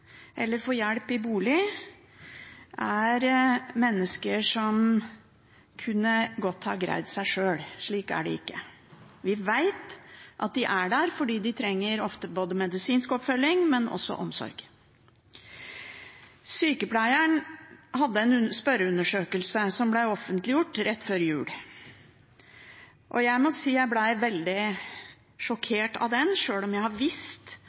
eller de som får hjelp i bolig, er mennesker som godt kunne ha greid seg sjøl. Slik er det ikke. Vi vet at de er der fordi de ofte trenger både medisinsk oppfølging og omsorg. Sykepleien hadde en spørreundersøkelse som ble offentliggjort rett før jul. Jeg må si jeg ble veldig sjokkert over den, sjøl om jeg har visst